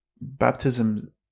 baptism